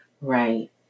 Right